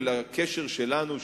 הקשר שלנו,